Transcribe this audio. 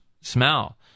smell